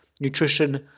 nutrition